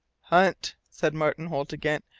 hunt, said martin holt again,